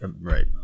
Right